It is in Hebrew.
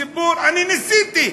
הציבור, אני ניסיתי.